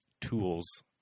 tools